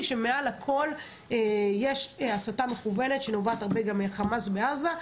שמעל הכל יש הסתה מכוונת שנובעת הרבה מחמאס בעזה,